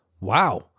Wow